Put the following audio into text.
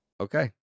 Okay